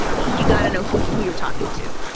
you got to know who who you're talking to.